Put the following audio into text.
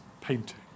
painting